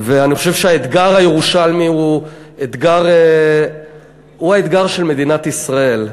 אני חושב שהאתגר הירושלמי הוא האתגר של מדינת ישראל,